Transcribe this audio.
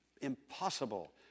impossible